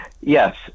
yes